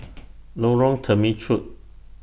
Lorong Temechut